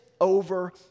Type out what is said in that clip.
over